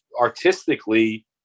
artistically